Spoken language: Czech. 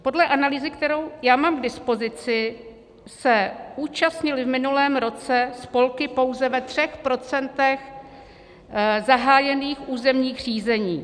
Podle analýzy, kterou já mám k dispozici, se účastnily v minulém roce spolky pouze ve 3 procentech zahájených územních řízení.